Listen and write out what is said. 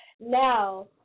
Now